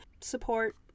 support